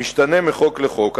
משתנה מחוק לחוק.